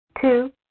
Two